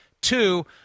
Two